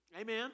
Amen